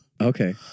Okay